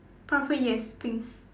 pathway yes pink